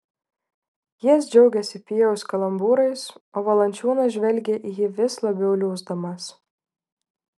jis džiaugėsi pijaus kalambūrais o valančiūnas žvelgė į jį vis labiau liūsdamas